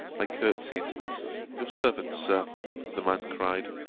i courtesied your servant, sir the man cried,